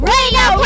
Radio